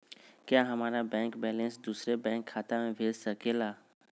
क्या हमारा bank balance दूसरे बैंक खाता में भेज सके ला?